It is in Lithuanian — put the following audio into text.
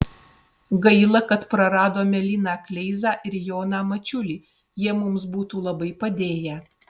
gaila kad praradome liną kleizą ir joną mačiulį jie mums būtų labai padėję